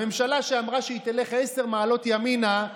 הממשלה שאמרה שהיא תלך עשר מעלות ימינה,